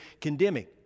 condemning